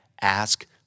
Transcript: Ask